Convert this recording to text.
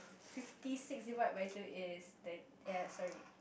fifty six divide by two is thir~ ya sorry